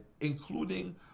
Including